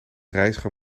reiziger